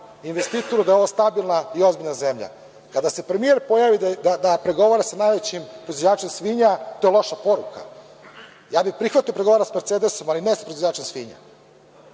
investitoru da je ovo stabilna i ozbiljna zemlja. Kada se premijer pojavi da pregovora sa najvećim proizvođačem svinja, to je loša poruka. Ja bih prihvatio da pregovara sa „Mercedesom“, ali ne sa proizvođačem svinja.